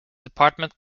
department